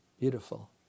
Beautiful